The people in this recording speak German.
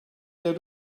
der